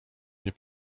nie